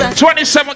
27